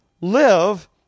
live